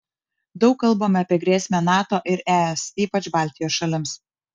daug kalbama apie grėsmę nato ir es ypač baltijos šalims